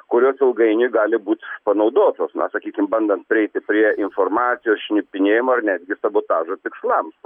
kurios ilgainiui gali būt panaudotos na sakykim bandant prieiti prie informacijos šnipinėjimo ar netgi sabotažo tikslams